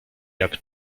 jak